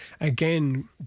again